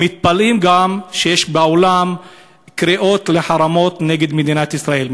מתפלאים שבעולם יש קריאות לחרמות נגד מדינת ישראל.